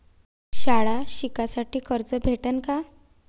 शाळा शिकासाठी कर्ज भेटन का?